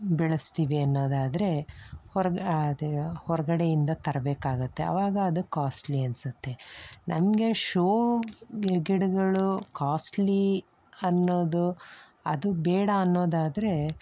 ಬೆಳೆಸ್ತೀವಿ ಅನ್ನೋದಾದರೆ ಹೊರ್ಗೆ ಅದು ಹೊರಗಡೆಯಿಂದ ತರಬೇಕಾಗತ್ತೆ ಅವಾಗ ಅದು ಕಾಸ್ಟ್ಲಿ ಅನಿಸತ್ತೆ ನಮಗೆ ಶೋ ಗಿ ಗಿಡಗಳು ಕಾಸ್ಟ್ಲಿ ಅನ್ನೋದು ಅದು ಬೇಡ ಅನ್ನೋದಾದರೆ